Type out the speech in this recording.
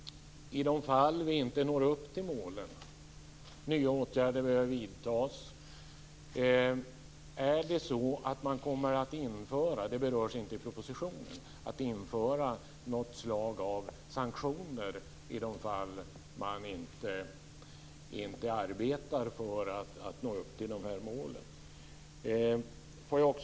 De fall då vi inte når upp till målen och nya åtgärder behöver vidtas berörs inte i propositionen. Kommer man då att införa något slag av sanktioner i de fall man inte arbetar för att nå upp till de här målen? Fru talman!